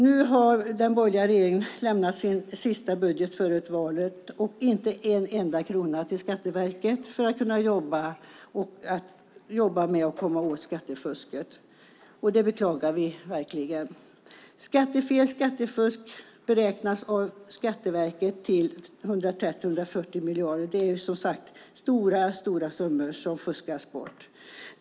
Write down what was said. Nu har den borgerliga regeringen lämnat sin sista budget före valet, och det är inte en enda krona till Skatteverket för att de ska kunna jobba med att komma åt skattefusket. Det beklagar vi verkligen. Skattefel och skattefusk beräknas av Skatteverket till 130-140 miljarder. Det är, som sagt, stora summor som fuskas bort.